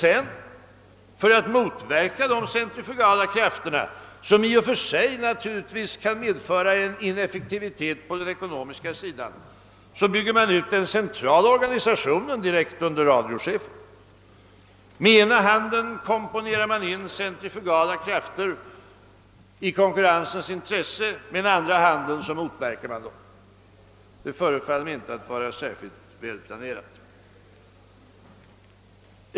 Men för att motverka dessa centrifugala krafter, som i och för sig naturligtvis kan medföra ineffektivitet på den ekonomiska sidan, bygger man ut den centrala organisationen direkt under radiochefen. Med ena handen komponerar man in centrifugala krafter i konkurrensens intresse, med den andra handen motverkar man dem — det förefaller mig inte vara särskilt väl planerat.